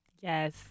Yes